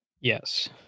yes